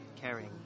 caring